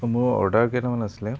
মোৰ অৰ্ডাৰ কেইটামান আছিলে